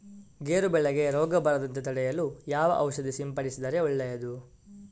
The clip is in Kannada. ಗೇರು ಬೆಳೆಗೆ ರೋಗ ಬರದಂತೆ ತಡೆಯಲು ಯಾವ ಔಷಧಿ ಸಿಂಪಡಿಸಿದರೆ ಒಳ್ಳೆಯದು?